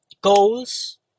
goals